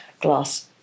glass